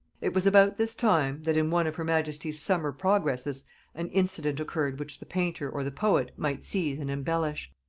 it was about this time, that in one of her majesty's summer progresses an incident occurred which the painter or the poet might seize and embellish.